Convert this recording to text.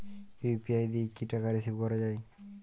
UPI দিয়ে কি টাকা রিসিভ করাও য়ায়?